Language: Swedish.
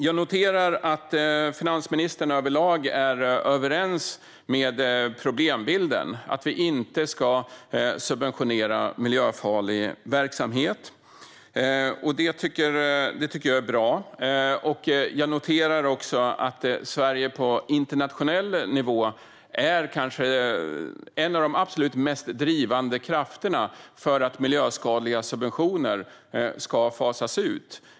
Jag noterar att finansministern överlag är överens med mig om problembilden, alltså att vi inte ska subventionera miljöfarlig verksamhet. Det tycker jag är bra. Jag noterar också att Sverige på internationell nivå kanske är en av de absolut mest drivande krafterna för att miljöskadliga subventioner ska fasas ut.